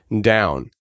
down